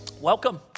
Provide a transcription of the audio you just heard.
Welcome